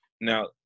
now